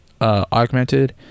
augmented